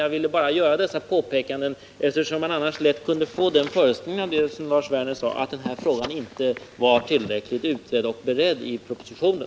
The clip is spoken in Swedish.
Jag ville bara göra dessa påpekanden, eftersom man annars lätt kunde få den föreställningen av det som Lars Werner sade, att denna fråga inte är tillräckligt utredd och beredd i propositionen.